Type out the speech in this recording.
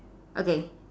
okay